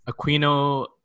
Aquino